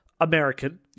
American